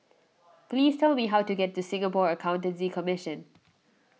please tell me how to get to Singapore Accountancy Commission